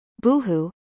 Boohoo